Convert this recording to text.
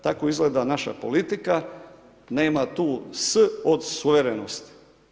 Tako izgleda naša politika, nema tu „s“ od suverenosti.